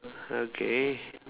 okay